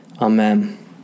Amen